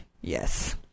Yes